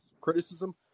criticism